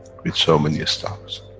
with so many stars.